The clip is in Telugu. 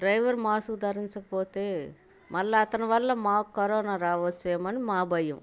డ్రైవర్ మాస్కు ధరించకపోతే మళ్ళీ అతని వల్ల మాకు కరోనా రావచ్చు ఏమో అని మా భయం